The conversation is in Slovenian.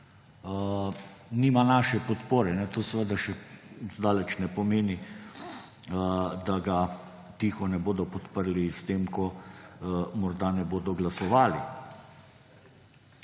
nima naše podpore, to seveda še zdaleč ne pomeni, da ga tiho ne bodo podprli, s tem ko morda ne bodo glasovali.